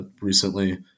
recently